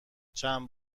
چند